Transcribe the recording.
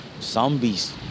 zombies